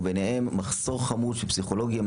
וביניהם: מחסור חמור של פסיכולוגים,